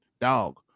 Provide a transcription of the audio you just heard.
dog